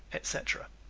etc.